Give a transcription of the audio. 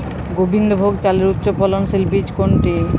গোবিন্দভোগ চালের উচ্চফলনশীল বীজ কোনটি?